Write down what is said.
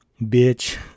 bitch